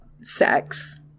sex